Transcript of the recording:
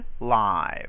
live